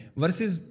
versus